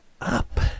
up